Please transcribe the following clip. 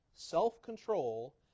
self-control